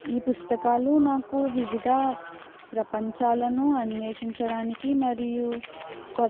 ఈ పుస్తకాలు నాకు వివిధ ప్రపంచాలను అన్వేషించడానికి మరియు కొ